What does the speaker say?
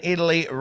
Italy